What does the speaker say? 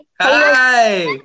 Hi